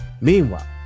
Meanwhile